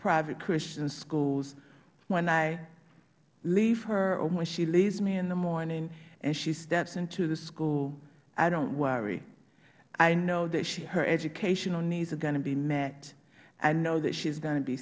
private christian schools when i leave her or when she leaves me in the morning and she steps into the school i don't worry i know that her educational needs are going to be met i know that she is going to be